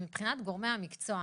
מבחינת גורמי המקצוע,